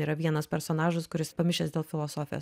yra vienas personažas kuris pamišęs dėl filosofijos